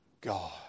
God